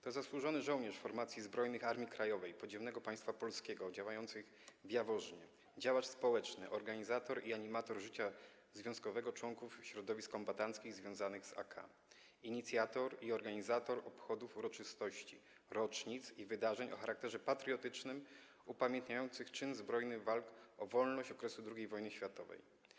Ten zasłużony żołnierz formacji zbrojnych Armii Krajowej Podziemnego Państwa Polskiego działających w Jaworznie, działacz społeczny, organizator i animator życia związkowego członków środowisk kombatanckich związanych z AK, inicjator i organizator obchodów uroczystości, rocznic i wydarzeń o charakterze patriotycznym upamiętniających czyn zbrojny walk o wolność okresu II wojny światowej.